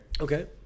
okay